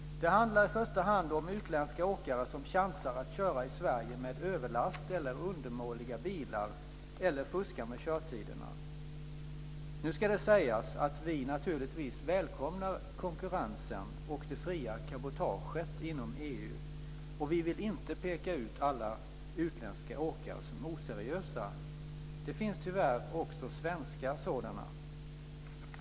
Det handlar i första hand om utländska åkare som chansar på att köra i Sverige med överlast eller undermåliga bilar eller fuskar med körtiderna. Nu ska det sägas att vi naturligtvis välkomnar konkurrensen och det fria cabotaget inom EU, och vi vill inte peka ut alla utländska åkare som oseriösa. Det finns tyvärr också svenska sådana.